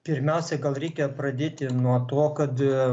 pirmiausia gal reikia pradėti nuo to kad